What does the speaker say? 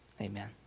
Amen